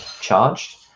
charged